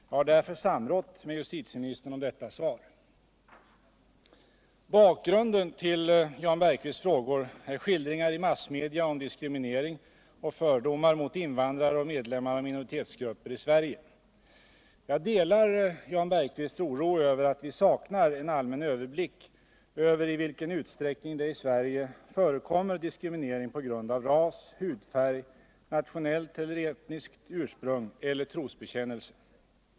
Jag har därför samrått med justitieministern om detta svar. Bakgrunden till Jan Bergqvists frågor är skildringar i massmedia om diskriminering och fördomar mot invandrare och medlemmar av minoritetsgrupper i Sverige. Jag delar Jan Bergqvists oro över att vi saknar en allmän överblick över i vilken utsträckning det i Sverige förekommer diskriminering på grund av ras, hudfärg, nationellt eller etniskt ursprung eller trosbekännelse.